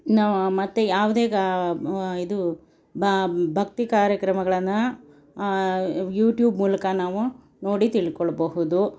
ಮತ್ತೆ ಯಾವುದೇ ಇದು ಭಕ್ತಿ ಕಾರ್ಯಕ್ರಮಗಳನ್ನು ಯೂಟ್ಯೂಬ್ ಮೂಲಕ ನಾವು ನೋಡಿ ತಿಳ್ಕೊಳ್ಳಬಹುದು